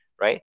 right